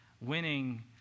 winning